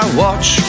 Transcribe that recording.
watch